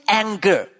anger